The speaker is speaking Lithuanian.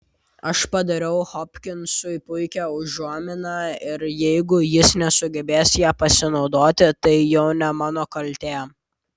aš padariau hopkinsui puikią užuominą ir jeigu jis nesugebės ja pasinaudoti tai jau ne mano kaltė